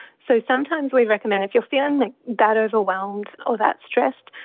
so sometimes we recommend if you're feeling that that overwhelmed or that stressed,